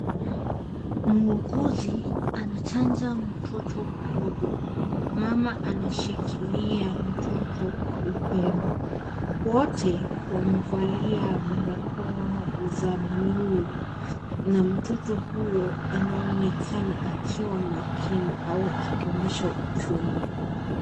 Muuguzi anachanja mtoto mdogo. Mama anashikilia mtoto kwa upendo. Wote wamevalia barakoa za bluu na mtoto huyo anaonekana akiwa makini au akionyesha uchungu.